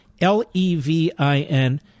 l-e-v-i-n